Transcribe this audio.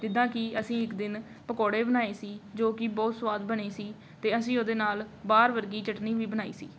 ਜਿੱਦਾਂ ਕਿ ਅਸੀਂ ਇੱਕ ਦਿਨ ਪਕੌੜੇ ਬਣਾਏ ਸੀ ਜੋ ਕਿ ਬਹੁਤ ਸਵਾਦ ਬਣੇ ਸੀ ਅਤੇ ਅਸੀਂ ਉਹਦੇ ਨਾਲ ਬਾਹਰ ਵਰਗੀ ਚਟਨੀ ਵੀ ਬਣਾਈ ਸੀ